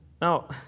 Now